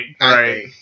right